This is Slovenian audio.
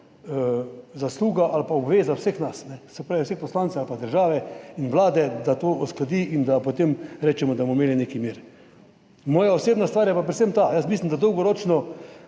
zasluga ali pa obveza vseh nas, se pravi vseh poslancev ali pa države in Vlade, da to uskladi, da potem rečemo, da bomo imeli nek mir. Moja osebna stvar je pa predvsem ta, jaz mislim, da se moramo